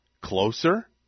Closer